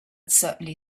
certainly